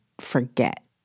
forget